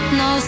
no